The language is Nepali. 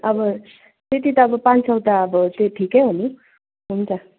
अब त्यति त अब पाँच सय त अब त्यो ठिकै हो नि हुन्छ